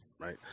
right